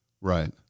Right